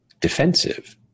defensive